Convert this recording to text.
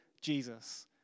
Jesus